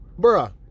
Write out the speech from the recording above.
Bruh